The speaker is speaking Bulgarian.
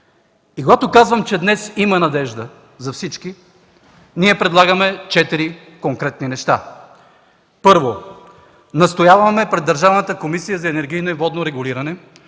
И когато казвам, че днес има надежда за всички, ние предлагаме четири конкретни неща. Първо, настояваме пред Държавната комисия за енергийно и водно регулиране,